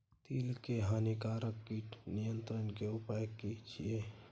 तिल के हानिकारक कीट नियंत्रण के उपाय की छिये?